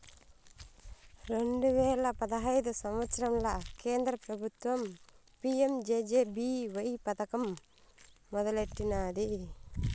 రెండు వేల పదహైదు సంవత్సరంల కేంద్ర పెబుత్వం పీ.యం జె.జె.బీ.వై పదకం మొదలెట్టినాది